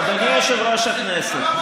אדוני יושב-ראש הכנסת,